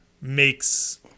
makes